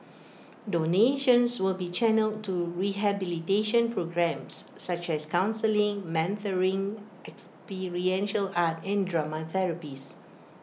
donations will be channelled to rehabilitation programmes such as counselling mentoring experiential art and drama therapies